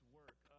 work